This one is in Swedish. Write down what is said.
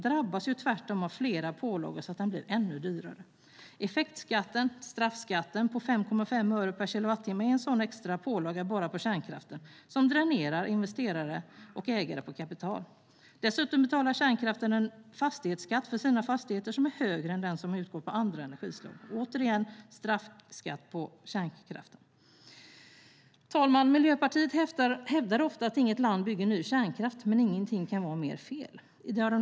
Tvärtom drabbas den av flera pålagor, så att den blir ännu dyrare. Effektskatten - straffskatten - på 5,5 öre per kilowattimme är en sådan extra pålaga på bara kärnkraften som dränerar investerare och ägare på kapital. Dessutom betalar kärnkraften en fastighetsskatt som är högre än den som utgår för andra energislag. Återigen är det en straffskatt på kärnkraften. Fru talman! Miljöpartiet hävdar ofta - dock inte just i dagens debatt - att inget land bygger ny kärnkraft, men ingenting kan vara mer fel.